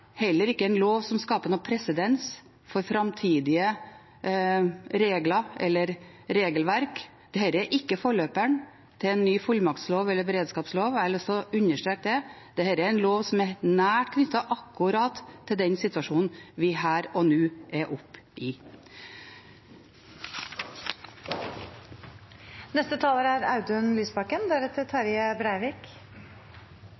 heller ikke mer enn det, ikke en lov som skaper presedens for framtidige regler eller regelverk. Dette er ikke forløperen til en ny fullmaktslov eller beredskapslov, og jeg har lyst til å understreke det. Dette er en lov som er nært knyttet til akkurat den situasjonen vi er oppe i her og nå. Landet vårt er